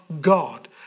God